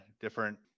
different